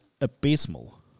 abysmal